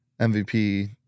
MVP